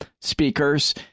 speakers